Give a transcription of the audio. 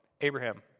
Abraham